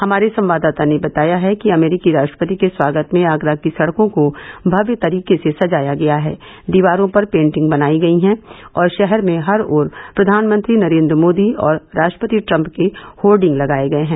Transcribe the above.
हमारे संवाददाता ने बताया है कि अमरीकी राष्ट्रपति के स्वागत में आगरा की सड़कों को भव्य तरीके से सजाया गया है दीवारों पर पेटिंग बनायी गयी हैं और शहर में हर ओर प्रधानमंत्री नरेद्र मोदी और राष्ट्रपति ट्रम्प के होर्डिंग लगाये गये हैं